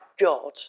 God